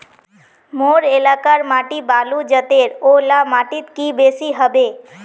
मोर एलाकार माटी बालू जतेर ओ ला माटित की बेसी हबे?